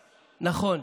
נכון,